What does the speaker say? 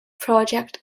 project